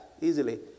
easily